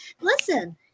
listen